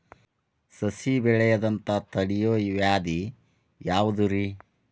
ಸಸಿ ಬೆಳೆಯದಂತ ತಡಿಯೋ ವ್ಯಾಧಿ ಯಾವುದು ರಿ?